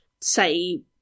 say